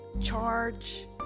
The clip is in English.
Charge